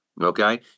Okay